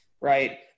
right